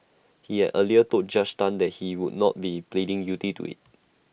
he had earlier told Judge Tan that he would not be pleading guilty to IT